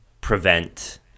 prevent